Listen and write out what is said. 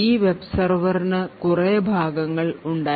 ഈ വെബ് സെർവറിനു കുറെ ഭാഗങ്ങൾ ഉണ്ടായിരുന്നു